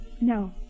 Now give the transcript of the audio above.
No